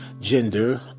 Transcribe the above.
gender